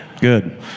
good